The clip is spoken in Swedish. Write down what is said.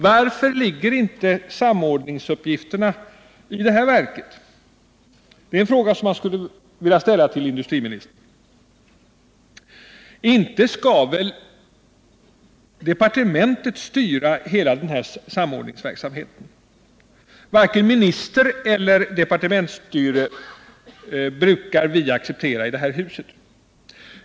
Varför åligger inte samordningsuppgifterna detta verk? Det är en fråga som man skulle vilja ställa till industriministern. Inte skall väl departementet styra hela den här samordningsverksamheten? Varken ministereller departementsstyrelse brukar accepteras i det här huset.